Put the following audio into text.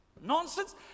Nonsense